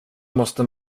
måste